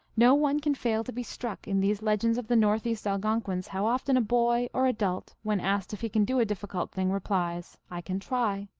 no one can fail to be struck, in these legends of the northeast algon quins, how often a boy, or adult, when asked if he can do a difficult thing, replies, i can try.